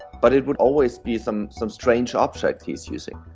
but it would always be some some strange object he's using.